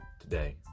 today